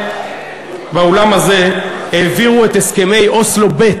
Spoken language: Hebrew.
באולם הזה העבירו את הסכמי אוסלו ב'